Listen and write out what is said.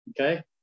Okay